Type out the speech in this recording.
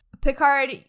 Picard